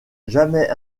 jamais